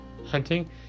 hunting